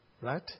Right